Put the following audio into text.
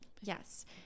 yes